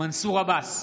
מנסור עבאס,